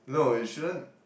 no you shouldn't